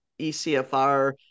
ecfr